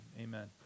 amen